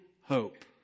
hope